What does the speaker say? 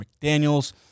McDaniels